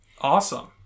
Awesome